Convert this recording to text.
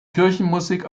kirchenmusik